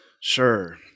Sure